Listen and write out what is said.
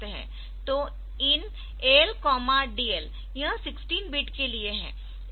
तो IN AL DL यह 16 bit के लिए है